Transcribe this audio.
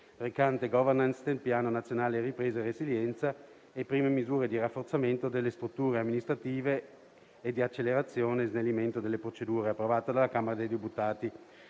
recante Governance del Piano Nazionale di Ripresa e Resilienza e prime misure di rafforzamento delle strutture amministrative e di accelerazione e snellimento delle procedure, premesso che: l'articolo